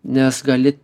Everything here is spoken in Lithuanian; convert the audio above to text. nes gali